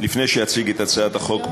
לפני שאציג את הצעת החוק,